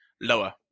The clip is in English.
Lower